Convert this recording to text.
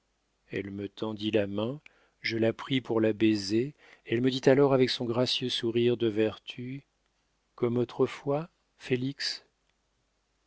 elle me tendit la main je la pris pour la baiser elle me dit alors avec son gracieux sourire de vertu comme autrefois félix